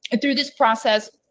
through this process.